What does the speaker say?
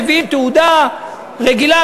מביאים תעודה רגילה,